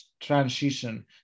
transition